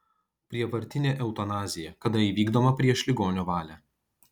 prievartinė eutanazija kada įvykdoma prieš ligonio valią